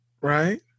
right